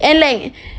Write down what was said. and like